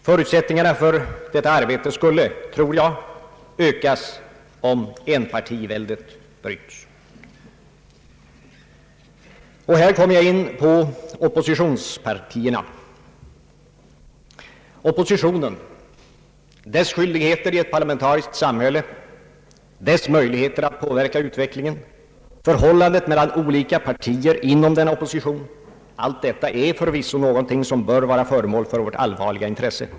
Förutsättningarna för detta arbete skulle, tror jag, ökas om enpartiväldet bröts. Här kommer jag in på oppositionspartierna. Oppositionen, dess skyldikheter i ett parlamentariskt samhälle, dess möjligheter att påverka utvecklingen, förhållandet mellan olika partier inom denna opposition — allt detta är förvisso någonting som bör vara föremål för vårt allvarliga intresse.